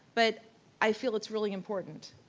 but i feel it's really important,